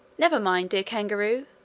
never mind, dear kangaroo,